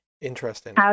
Interesting